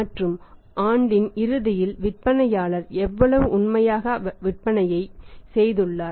மற்றும் ஆண்டின் இறுதியில் விற்பனையாளர் எவ்வளவு உண்மையாக விற்பனையைச் செய்துள்ளார்